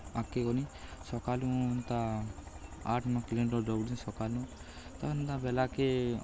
ଆଗ୍କେ ଗନି ସକାଲୁ ହେନ୍ତା ଆଠ୍ ନଅ କିଲୋମିଟର୍ ଦୌଡ଼ିଲି ସକାଲୁ ତ ହେନ୍ତା ବେଲାକେ